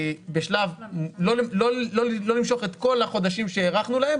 לא למשוך את כל החודשים שהארכנו להן,